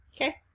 Okay